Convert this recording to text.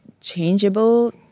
changeable